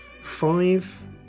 five